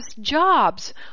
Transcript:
jobs